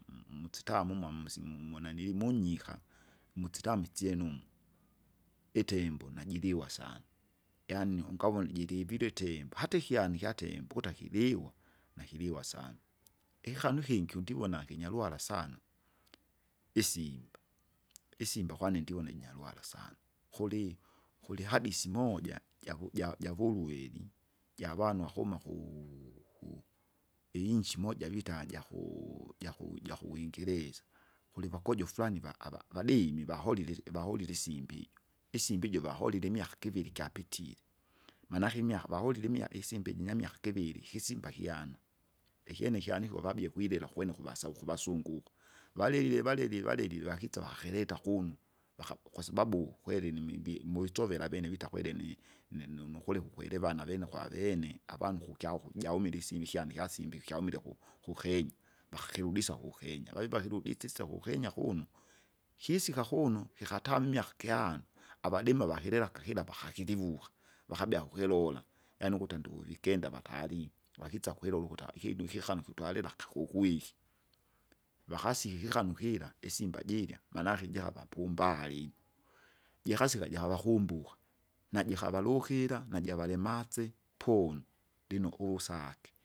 msitamumwa msi- mmu- mnanili munyika, msitame isyenu umu, itembo najiriwa sana, yaani ungavone jirivirwe tembo, hata ikyana ikyatembo, ukuta kiliwa, nakiliwa sana, ikikanu ikingi undivona kinyaruhara sana, isimba, isimba kwane ndivona jinyaruhara sana, kuli- kulihadisi moja jaku- ja- javuluweli, javanu wakuma kuu- ku, iinchi oja vija jakuu- jaku- jakuwingereza. Kulivakojo frani va- ava- avadimi vaholile vaholile isimba ijo. Isimba ijo vaholile imiaka kiviri kyapitire, mamake imyaka vaholile imya- isimba ijinyamiaka kiviri, kisimba kyano, ikyene kyaniko kabie kwililo kwene kuvasau ukuvasungu uko, valilie valilie valilie vakisa vakakileta kuno, vaka kwasababu kukwere nimimbie muitsovera avene vita kwerene, nini nukuleka ukwerevana avene kwavene, avangu ukukya ukujaumile isimba ikyani ikyasimba ikyaumile ku- kukenya, vakakirudisa kukenya, vavi vakirudisisye kukenya kuno. Kisika kuno kikatanu imyaka kihano, avadima vakililaka kira pakakirivuka, vakabia kukirura, yaani ukuta nduvuvikenda vatari, vakitsa ukiruwa ukuta ikidu kikanu kutwalila akakukwiki, vakasiki ikikanu kira isimba jirya, manake injaha vapumbari, jikasika jikavakumbuka, najikava lukira, najavalitse, pomu lino uvusake.